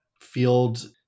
Field